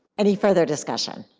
any further discussion?